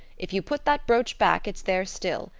if you put that brooch back it's there still.